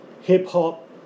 hip-hop